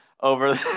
over